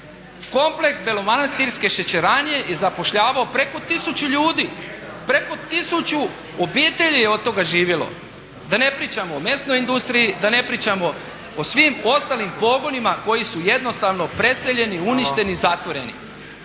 Kompleks belomanastirske šećerane je zapošljavao preko 1000 ljudi, preko 1000 obitelji je od toga živjelo. Da ne pričam o mesnoj industriji, da ne pričam o svim ostalim pogonima koji su jednostavno preseljeni, uništeni, zatvoreni